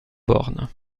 born